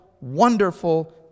wonderful